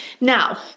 Now